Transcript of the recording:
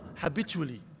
habitually